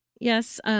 Yes